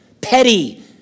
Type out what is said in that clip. Petty